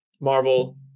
marvel